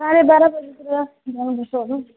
साढे बाह्र बजेतिर जानु पर्छ होला हो